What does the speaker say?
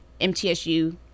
MTSU